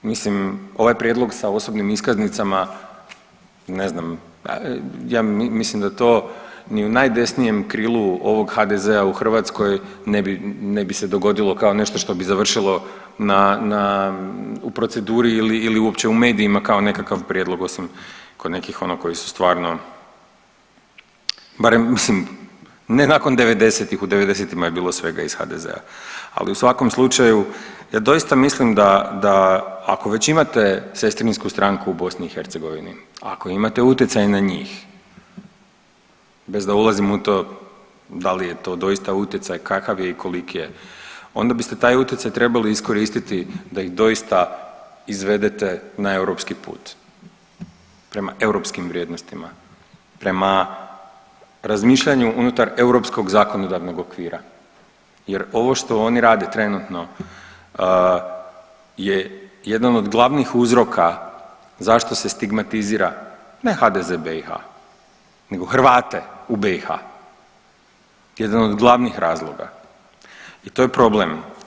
Mislim ovaj prijedlog sa osobnim iskaznicama ne znam, ja mislim da to ni u najdesnijem krilu ovog HDZ-a u Hrvatskoj ne bi se dogodilo kao nešto što bi završilo u proceduri ili uopće u medijima kao nekakav prijedlog osim kod nekih ono koji su stvarno barem mislim ne nakon devedesetih u devedesetima je bilo svega iz HDZ-a, ali u svakom slučaju ja doista mislim da ako već imate sestrinsku stranku u BiH, ako imate utjecaj na njih, bez da ulazim u to da li je to doista utjecaj, kakav je i koliki je onda biste taj utjecaj trebali iskoristiti da ih doista izvedete na europski put prema europskim vrijednostima, prema razmišljanju unutar europskog zakonodavnog okvira jer ovo što oni rade trenutno je jedan od glavnih uzroka zašto se stigmatizira, ne HDZ BiH nego Hrvate u BiH jedan od glavnih razloga jer to je problem.